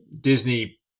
Disney